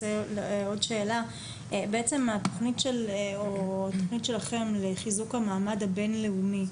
בעצם התכנית שלכם לחיזוק המעמד הבינלאומי,